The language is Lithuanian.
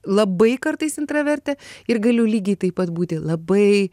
labai kartais intravertė ir galiu lygiai taip pat būti labai